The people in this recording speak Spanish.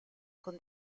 con